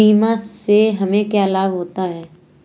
बीमा से हमे क्या क्या लाभ होते हैं?